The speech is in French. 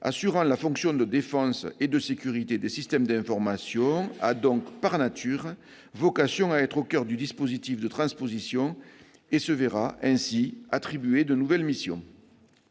assure la défense et la sécurité des systèmes d'information, a donc par nature vocation à être au coeur du dispositif de transposition. Elle se verra ainsi attribuer de nouvelles missions.